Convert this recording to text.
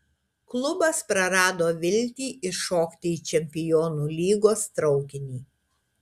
klubas prarado viltį įšokti į čempionų lygos traukinį